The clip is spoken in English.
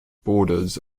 borders